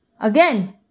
Again